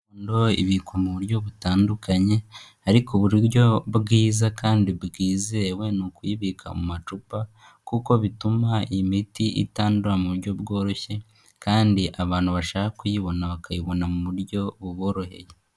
Indobo ibikwa mu buryo butandukanye ariko uburyo bwiza kandi bwizewe ni ukuyibika mu macupa kuko bituma iyi miti itandura mu buryo bworoshye kandi abantu bashaka kuyibona bakayibona mu buryo buboroheye.